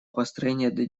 построения